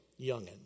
youngin